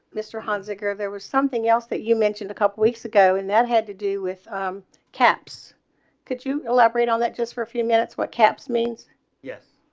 mister hahn's occur. there was something else that you mentioned a couple of weeks ago and that had to do with um caps could you elaborate on that just for a few minutes. what caps means yes